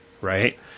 right